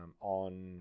on